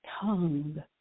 tongue